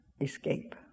escape